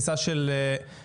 זה צריך להיות הרבה יותר רחב.